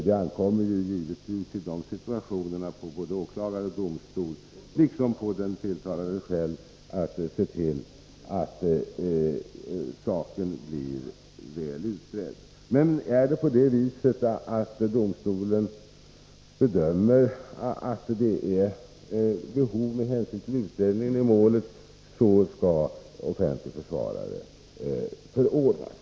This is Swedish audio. Det ankommer givetvis i en sådan situation på både åklagare och domstol liksom på den tilltalade själv att se till att saken blir väl utredd. Men bedömer domstolen att det med hänsyn till utredningen i målet finns behov av offentlig försvarare, skall sådan förordnas.